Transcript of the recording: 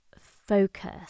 focus